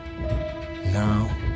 Now